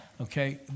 okay